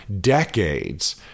decades